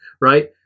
Right